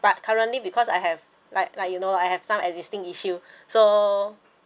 but currently because I have like like you know I have some existing issue so